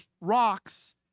rocks